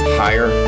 higher